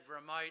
remote